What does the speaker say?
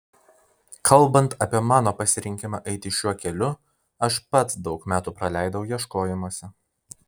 kalbant apie mano pasirinkimą eiti šiuo keliu aš pats daug metų praleidau ieškojimuose